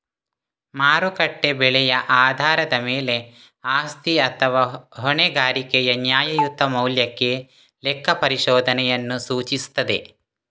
ಮಾರುಕಟ್ಟೆ ಬೆಲೆಯ ಆಧಾರದ ಮೇಲೆ ಆಸ್ತಿ ಅಥವಾ ಹೊಣೆಗಾರಿಕೆಯ ನ್ಯಾಯಯುತ ಮೌಲ್ಯಕ್ಕೆ ಲೆಕ್ಕಪರಿಶೋಧನೆಯನ್ನು ಸೂಚಿಸುತ್ತದೆ